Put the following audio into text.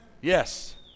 Yes